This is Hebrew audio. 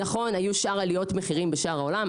נכון, היו עליות מחירים בשאר העולם.